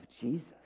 Jesus